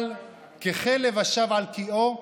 אבל ככלב השב על קיאו,